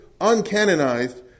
uncanonized